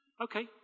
Okay